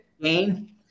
Gain